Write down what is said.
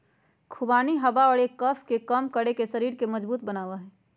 खुबानी हवा और कफ के कम करके शरीर के मजबूत बनवा हई